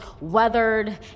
weathered